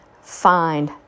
find